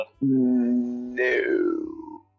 No